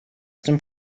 dem